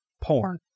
porn